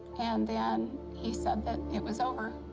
and then he said that it was over.